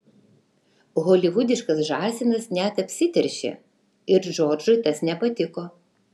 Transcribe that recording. holivudiškas žąsinas net apsiteršė ir džordžui tas nepatiko